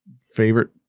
favorite